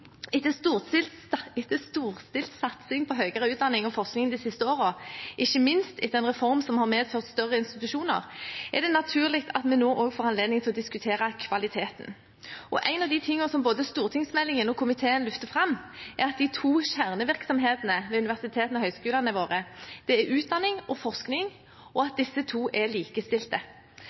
Etter storstilt satsing på høyere utdanning og forskning de siste årene, ikke minst etter en reform som har medført større institusjoner, er det naturlig at vi nå også får anledning til å diskutere kvaliteten. Én av tingene som både stortingsmeldingen og komiteen løfter fram, er at de to kjernevirksomhetene ved universitetene og høyskolene våre er utdanning og forskning, og at de er likestilte.